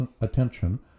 attention